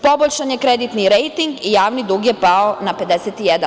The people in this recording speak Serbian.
Poboljšan je kreditni rejting i javni dug je pao na 51%